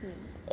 mm